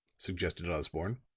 suggested osborne.